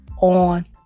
on